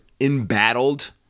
embattled